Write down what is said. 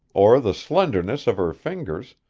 or the slenderness of her fingers,